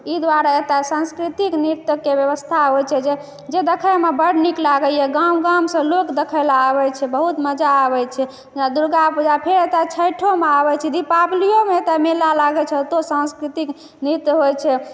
ई दुआरे एतय सांस्कृतिक नृत्यके व्यवस्था होयत छै जे देखयमे बड्ड नीक लागयए गाम गामसँ लोग देखयलऽ आबैत छै बहुत मजा आबैत छै जे दुर्गा पूजा फेर एतय छठिओमे आबैत छै दीपावलिओमे एतय मेला लागैत छै ओतय सांस्कृतिक नृत्य होयत छै